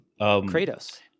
Kratos